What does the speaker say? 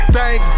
Thank